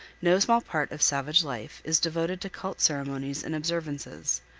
no small part of savage life is devoted to cult ceremonies and observances.